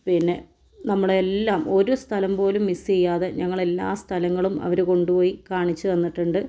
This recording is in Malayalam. പിന്നെ നമ്മളെ എല്ലാം ഒരു സ്ഥലംപോലും മിസ്സ് ചെയ്യാതെ ഞങ്ങളെ എല്ലാ സ്ഥലങ്ങളും അവര് കൊണ്ടുപോയി കാണിച്ചു തന്നിട്ടുണ്ട്